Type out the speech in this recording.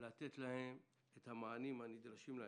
ולתת להם את המענים הנדרשים להם.